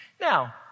Now